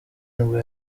nibwo